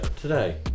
today